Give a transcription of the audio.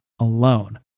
alone